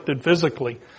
physically